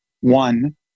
One